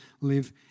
Live